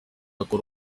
akora